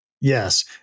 Yes